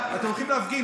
אתם הולכים להפגין?